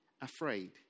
afraid